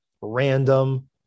random